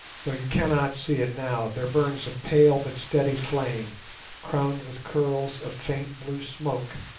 though you cannot see it now, there burns a pale but steady flame crowned with curls of faint blue smoke.